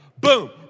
Boom